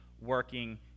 working